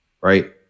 right